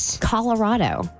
Colorado